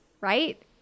right